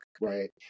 right